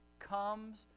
comes